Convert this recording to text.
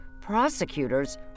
prosecutors